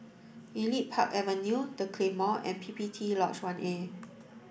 Elite Park Avenue The Claymore and P P T Lodge One A